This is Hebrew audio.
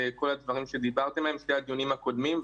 וכל הדברים שדיברתם עליהם בדיונים הקודמים.